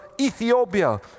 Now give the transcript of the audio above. Ethiopia